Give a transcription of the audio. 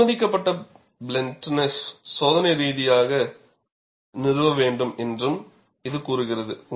அனுமதிக்கப்பட்ட பிளன்ட்நஸ் சோதனை ரீதியாக நிறுவ வேண்டும் என்றும் இது கூறுகிறது